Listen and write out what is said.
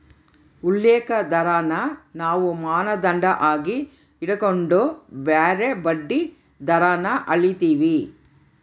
ಉಲ್ಲೇಖ ದರಾನ ನಾವು ಮಾನದಂಡ ಆಗಿ ಇಟಗಂಡು ಬ್ಯಾರೆ ಬಡ್ಡಿ ದರಾನ ಅಳೀತೀವಿ